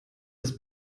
das